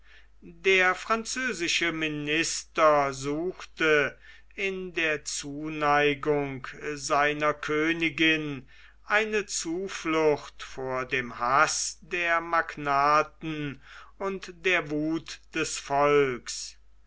der französische minister suchte in der zuneigung seiner königin eine zuflucht vor dem haß der magnaten und der wuth des volks